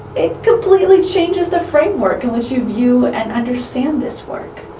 it completely changes the framework in which you view and understand this work.